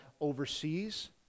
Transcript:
overseas